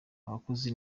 abakozi